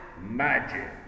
magic